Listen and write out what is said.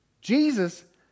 Jesus